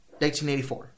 1984